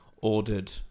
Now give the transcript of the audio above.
ordered